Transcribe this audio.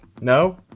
No